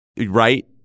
right